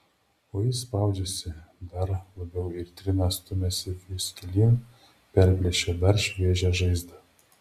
o jis spaudžiasi dar labiau ir trina stumiasi vis gilyn perplėšia dar šviežią žaizdą